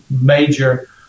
major